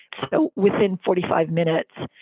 so within forty five minutes,